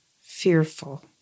fearful